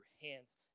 hands